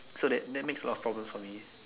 so that that makes a lot of problems for me